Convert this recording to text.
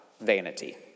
vanity